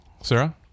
Sarah